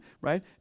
right